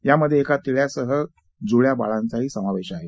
यामध्ये एका तिळ्यांसह जुळ्या बाळांचाही समावेश आहे